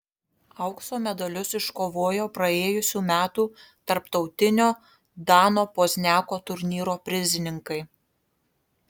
aukso medalius iškovojo praėjusių metų tarptautinio dano pozniako turnyro prizininkai